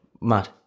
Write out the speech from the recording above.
Mad